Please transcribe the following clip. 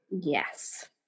Yes